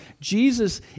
Jesus